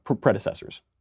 predecessors